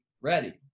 ready